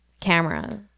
camera